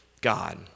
God